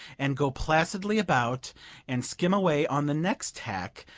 and go placidly about and skim away on the next tack,